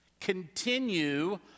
Continue